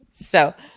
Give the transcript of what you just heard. so,